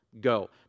go